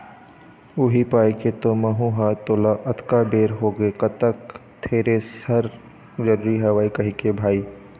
उही पाय के तो महूँ ह तोला अतका बेर होगे कहत थेरेसर जरुरी हवय कहिके भाई